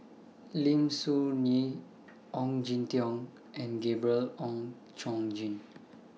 Lim Soo Ngee Ong Jin Teong and Gabriel Oon Chong Jin